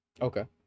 okay